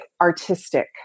artistic